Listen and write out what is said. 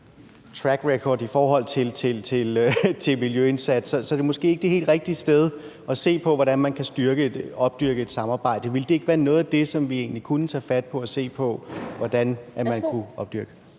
track record i forhold til miljøindsats. Så er det måske ikke det helt rigtige sted at se på, hvordan man kan få opdyrke et samarbejde. Ville det ikke være noget af det, som vi egentlig kunne tage fat på at se på hvordan man kunne opdyrke?